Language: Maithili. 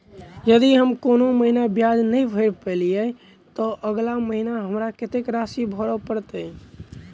यदि हम कोनो महीना ब्याज नहि भर पेलीअइ, तऽ अगिला महीना हमरा कत्तेक राशि भर पड़तय?